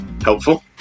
helpful